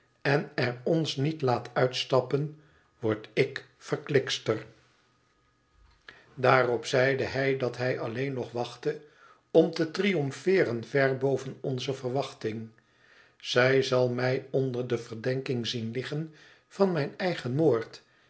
en er ons niet laat uitstappen word ik verklikster daarop zd hij dat hij alleen nog wachtte om te triomfeeren ver boven onze verwachting zij zal mij onder de verdenking zien liggen van mijn eigen moord